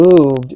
moved